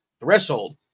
threshold